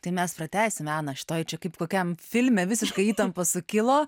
tai mes pratęsime ana šitoj čia kaip kokiam filme visiška įtampa sukilo